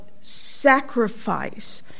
sacrifice